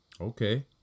Okay